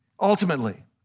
ultimately